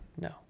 No